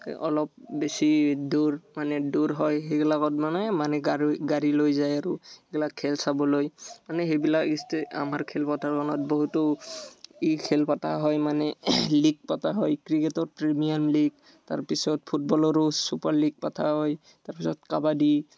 অলপ বেছি দূৰ মানে দূৰ হয় সেইগিলাকত মানে মানে গাড়ী গাড়ী লৈ যায় আৰু সেইগিলাক খেল চাবলৈ মানে সেইবিলাক ষ্টে আমাৰ খেলপথাৰখনত বহুতো ই খেল পতা হয় মানে লীগ পতা হয় ক্ৰিকেটৰ প্ৰিমিয়াম লীগ তাৰপিছত ফুটবলৰো ছুপাৰ লীগ পতা হয় তাৰপিছত কাবাডী